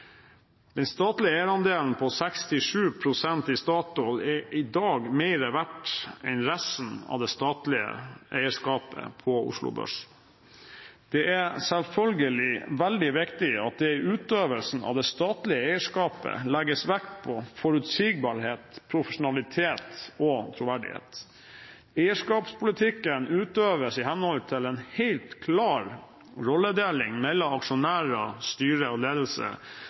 Den statlige eierandelen på 67 pst. i Statoil er i dag mer verdt enn resten av det statlige eierskapet på Oslo Børs. Det er selvfølgelig veldig viktig at det i utøvelsen av det statlige eierskapet legges vekt på forutsigbarhet, profesjonalitet og troverdighet. Eierskapspolitikken utøves i henhold til en helt klar rolledeling mellom aksjonærer, styre og ledelse,